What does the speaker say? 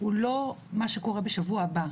הוא לא מה שקורה בשבוע הבא.